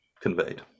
conveyed